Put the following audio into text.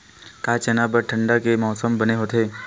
का चना बर ठंडा के मौसम बने होथे?